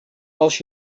als